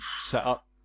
setup